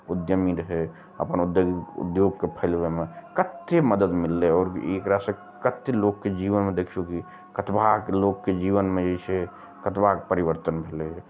उद्यमी रहै अपन उद्योगके फैलबैमे कतेक मदद मिललै आओर एकरा सऽ कतेक लोकके जीवनमे देखियौ की कतबाक लोकके जीवनमे जे छै कतबाक परिवर्तन भेलै